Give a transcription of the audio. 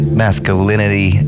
masculinity